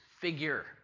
figure